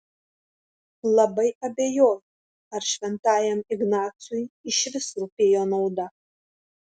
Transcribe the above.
labai abejoju ar šventajam ignacui išvis rūpėjo nauda